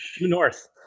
north